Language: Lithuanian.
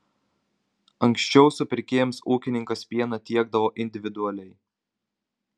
anksčiau supirkėjams ūkininkas pieną tiekdavo individualiai